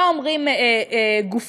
מה אומרים גופים,